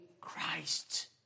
Christ